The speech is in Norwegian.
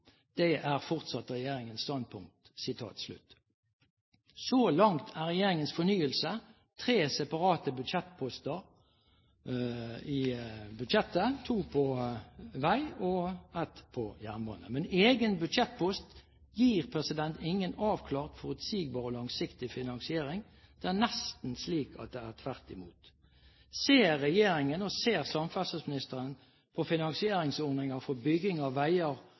Dette er fortsatt Regjeringens standpunkt.» Så langt er regjeringens fornyelse tre separate budsjettposter – to på vei og én på jernbane. Men egen budsjettpost gir ingen avklart, forutsigbar og langsiktig finansiering. Det er nesten slik at det er tvert imot. Ser regjeringen det, og ser samferdselsministeren på finansieringsordninger for bygging av veier